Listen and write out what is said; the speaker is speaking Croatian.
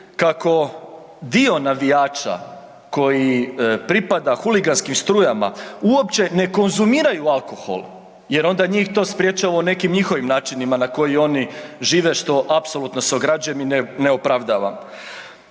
kako dio navijača koji pripada huliganskim strujama, uopće ne konzumiraju alkohol jer onda njih to sprječava u nekim njihovim načinima na koji žive što apsolutno se ograđujem i ne opravdavam.